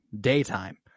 daytime